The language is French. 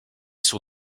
sur